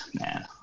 man